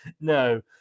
No